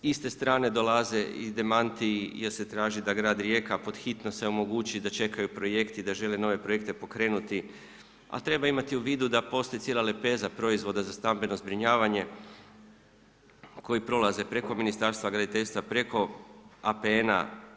S iste strane dolaze i demantiji jer se traži da grad Rijeka pod hitno se omogući da čekaju projekt i da žele nove projekte pokrenuti, a treba imati u vidu da postoji i cijela lepeza proizvoda za stambeno zbrinjavanje koji prolaze preko Ministarstva graditeljstva, preko APN-a.